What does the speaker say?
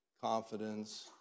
confidence